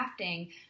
crafting